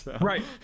Right